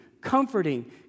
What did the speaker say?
comforting